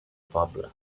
poble